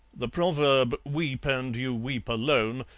the proverb weep and you weep alone,